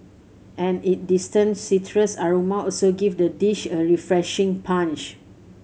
and is distinct citrus aroma also give the dish a refreshing punch